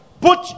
put